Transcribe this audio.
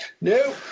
No